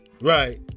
right